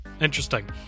interesting